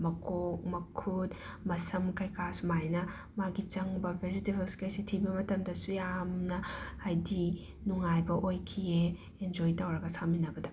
ꯃꯀꯣꯛ ꯃꯈꯨꯠ ꯃꯁꯝ ꯀꯩꯀꯥ ꯁꯨꯃꯥꯏꯅ ꯃꯥꯒꯤ ꯆꯪꯕ ꯚꯦꯖꯤꯇꯦꯕꯜꯁꯀꯩꯁꯦ ꯊꯤꯕ ꯃꯇꯝꯗꯁꯨ ꯌꯥꯝꯅ ꯍꯥꯏꯗꯤ ꯅꯨꯡꯉꯥꯏꯕ ꯑꯣꯏꯈꯤꯌꯦ ꯑꯦꯟꯖꯣꯏ ꯇꯧꯔꯒ ꯁꯥꯃꯤꯟꯅꯕꯗ